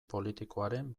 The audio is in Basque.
politikoaren